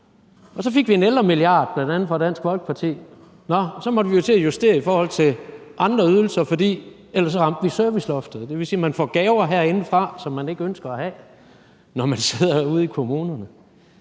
Så fik vi en ældremilliard bl.a. fra Dansk Folkeparti. Nå, så måtte vi jo til at justere i forhold til andre ydelser, for ellers ramte vi serviceloftet. Det vil sige, at man får gaver herindefra, som man ikke ønsker at have, når man sidder ude i kommunerne.